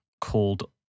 called